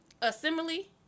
assembly